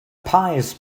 pies